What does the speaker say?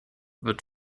wird